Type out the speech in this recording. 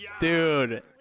Dude